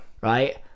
right